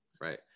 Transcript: Right